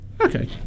Okay